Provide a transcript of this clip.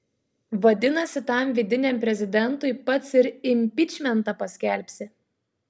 vadinasi tam vidiniam prezidentui pats ir impičmentą paskelbsi